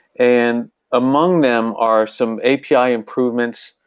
and among them are some api improvements